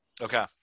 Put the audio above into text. okay